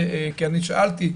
כי אני שאלתי,